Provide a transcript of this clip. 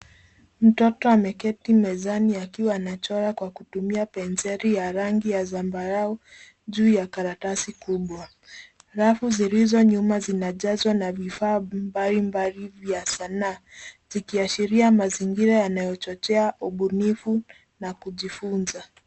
Mtoto ameketi mezani akiwa anachora kwa kutumia penseli ya rangi ya zambarau juu ya karatasi kubwa. Rafu zilizonyuma zinajazwa na vifaa mbalimbali vya sanaa zikiashiria mazingira yanayochochea ubunifu na kujifunza.